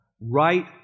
Right